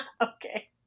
Okay